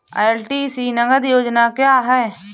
LTC नगद योजना क्या है?